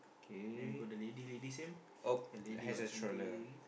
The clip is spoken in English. then go the lady lady same the lady got something